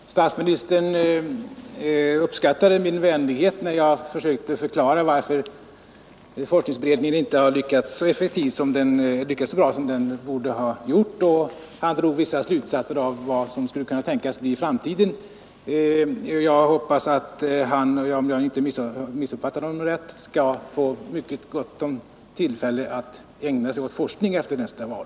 Fru talman! Statsministern uppskattade min vänlighet när jag försökte förklara varför forskningsberedningen inte har lyckats så bra som den borde ha gjort, och han drog vissa slutsatser om vad som kunde tänkas hända i framtiden. Jag hoppas att han, om jag inte missuppfattade honom, skall få mycket gott om tillfällen att ägna sig åt egen forskning efter nästa val.